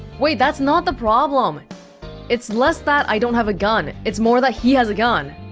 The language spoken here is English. wait, that's not the problem it's less that i don't have a gun it's more that he has a gun